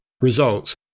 results